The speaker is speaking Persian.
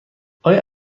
آیا